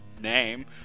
name